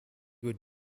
would